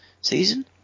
season